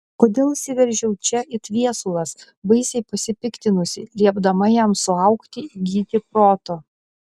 kodėl įsiveržiau čia it viesulas baisiai pasipiktinusi liepdama jam suaugti įgyti proto